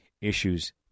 issues